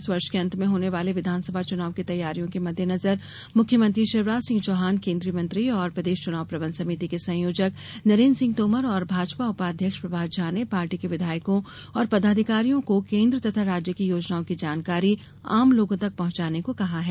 प्रदेश में इस वर्ष के अंत में होने वाले विधानसभा चुनाव की तैयारियों के मद्देनजर मुख्यमंत्री शिवराज सिंह चौहान केंद्रीय मंत्री और प्रदेश चुनाव प्रबंध समिति के संयोजक नरेन्द्र सिंह तोमर और भाजपा उपाध्यक्ष प्रभात झा ने पार्टी के विधायकों और पदाधिकारियों को केंद्र तथा राज्य की योजनाओं की जानकारी आम लोगों तक पहुंचाने को कहा है